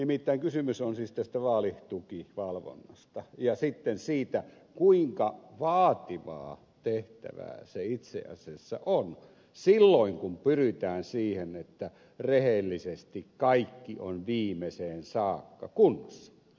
nimittäin kysymys on siis vaalitukivalvonnasta ja sitten siitä kuinka vaativaa tehtävää se itse asiassa on silloin kun pyritään siihen että rehellisesti kaikki on viimeiseen saakka kunnossa